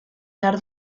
behar